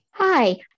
Hi